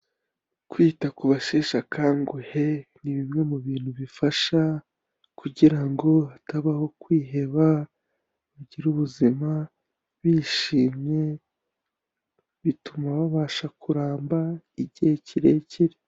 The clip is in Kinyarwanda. Kwita ku baseshe akanguhe ni bimwe mu bintu bifasha kugira ngo hatabaho kwiheba, bagira ubuzima bishimye, bituma babasha kuramba igihe kirekire.